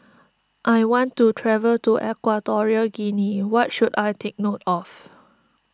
I want to travel to Equatorial Guinea what should I take note of